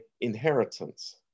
inheritance